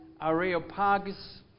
Areopagus